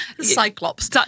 cyclops